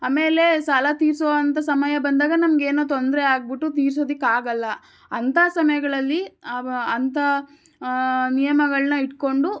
ಆಮೇಲೆ ಸಾಲ ತೀರಿಸುವಂಥ ಸಮಯ ಬಂದಾಗ ನಮ್ಗೆ ಏನೋ ತೊಂದರೆ ಆಗಿಬಿಟ್ಟು ತೀರ್ಸೋದಿಕ್ಕೆ ಆಗೋಲ್ಲ ಅಂಥ ಸಮಯಗಳಲ್ಲಿ ಅಂಥ ನಿಯಮಗಳನ್ನ ಇಟ್ಟುಕೊಂಡು